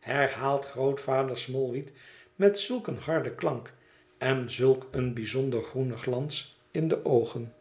herhaalt grootvader smallweed met zulk een harden klank en zulk een bijzonder groenen glans in de oogen